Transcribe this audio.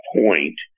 point